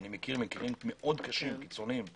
אני מכיר מקרים קיצוניים, קשים.